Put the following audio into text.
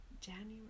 January